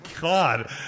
God